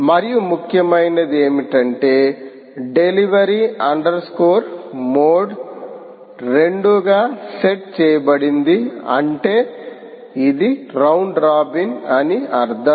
మరియు ముఖ్యమైనది ఏమిటంటే డెలివరీ అండర్ స్కోర్ మోడ్ రెండుగా సెట్ చేయబడింది అంటే ఇది రౌండ్ రాబిన్ అని అర్థం